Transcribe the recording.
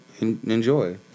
Enjoy